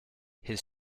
his